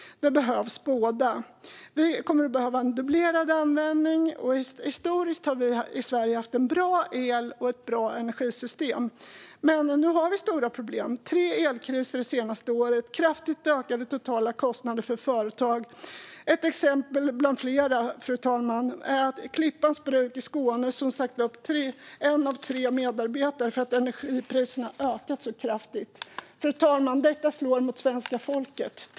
Båda behövs. Vi kommer att behöva dubblerad användning. Historiskt har vi i Sverige haft bra el och ett bra energisystem. Men nu har vi stora problem: tre elkriser det senaste året och kraftigt ökade totala kostnader för företag. Ett exempel bland flera är att Klippans Bruk i Skåne har sagt upp en av tre medarbetare eftersom energipriserna har ökat så kraftigt. Fru talman! Detta slår mot svenska folket.